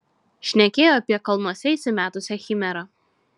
šnekėjo apie kalnuose įsimetusią chimerą